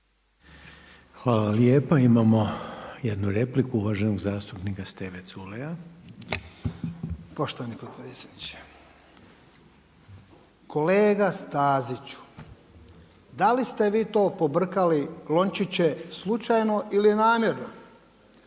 Hvala lijepa. Imamo jednu repliku uvaženog zastupnika Steve Culeja. **Culej, Stevo (HDZ)** Poštovani potpredsjedniče. Kolega Staziću, da li ste vi to pobrkali lončiće slučajno ili namjerno?